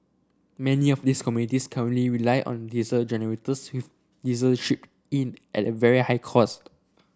many of these communities currently rely on diesel generators with diesel shipped in at very high cost